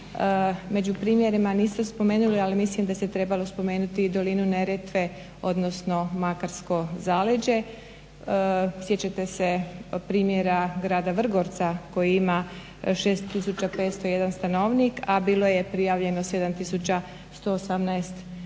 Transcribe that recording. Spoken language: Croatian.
među primjerima niste spomenuli, ali mislim da ste trebali spomenuti i dolinu Neretve, odnosno Makarsko zaleđe. Sjećate se primjera grada Vrgorca koji ima 6 tisuća 501 stanovnik, a bilo je prijavljeno 7 tisuća